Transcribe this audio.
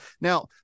Now